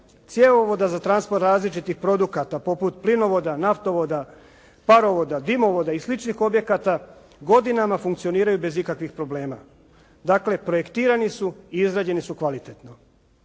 cjevovod za transport različitih produkata poput plinovoda, naftovoda, parovoda, dimovoda i sličnih objekata godinama funkcioniraju bez ikakvog problema. Dakle, projektirani su i izrađeni su kvalitetno.